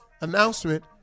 Announcement